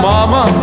Mama